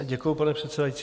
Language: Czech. Děkuji, pane předsedající.